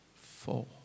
Four